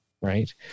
right